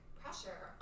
pressure